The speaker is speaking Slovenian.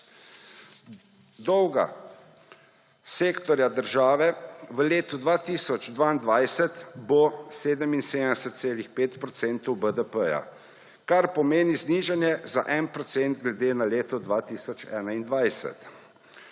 Dolga sektorja države v letu 2022 bo 77,5 % BDP, kar pomeni znižanje za 1 % glede na leto 2021.